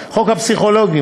68. חוק הפסיכולוגים,